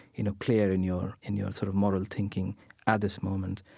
you know, clear in your, in your sort of moral thinking at this moment.